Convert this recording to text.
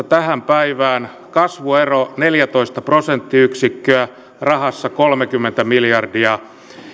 tähän päivään kasvuero on neljätoista prosenttiyksikköä rahassa kolmekymmentä miljardia